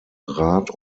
rat